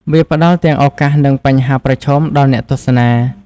វាផ្តល់ទាំងឱកាសនិងបញ្ហាប្រឈមដល់អ្នកទស្សនា។